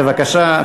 בבקשה,